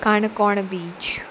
Canacona beach